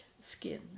skin